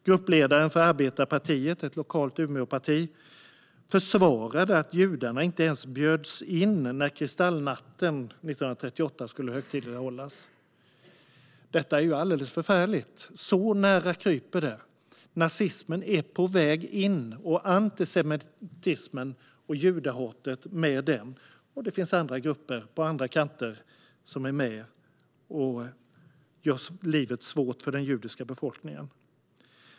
Gruppledaren för Arbetarpartiet, ett lokalt Umeåparti, försvarade att judarna inte ens bjöds in när minnet av Kristallnatten 1938 skulle högtidlighållas. Detta är alldeles förfärligt. Så nära kryper det. Nazismen är på väg in och antisemitismen och judehatet med den. Det finns också andra grupper på andra kanter som är med och gör livet svårt för den judiska befolkningen.